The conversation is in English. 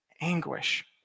anguish